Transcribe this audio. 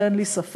בזה אין לי ספק.